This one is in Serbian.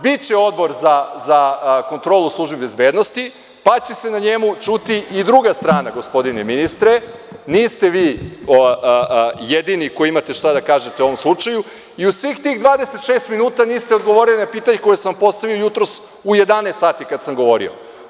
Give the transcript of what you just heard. Biće Odbor za kontrolu službi bezbednosti, pa će se na njemu čuti i druga strana gospodine ministre, niste vi jedini koji imate šta da kažete u ovom slučaju i u svih tih 26 minuta niste odgovorili na pitanje koje sam vam postavio jutro u 11 sati kada sam govorio.